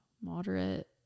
moderate